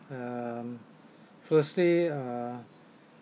um firstly uh